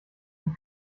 mit